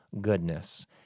goodness